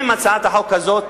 אם הצעת החוק הזאת,